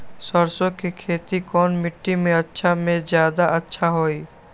सरसो के खेती कौन मिट्टी मे अच्छा मे जादा अच्छा होइ?